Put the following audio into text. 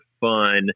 fun